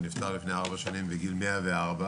שנפטר לפני ארבע שנים בגיל 104,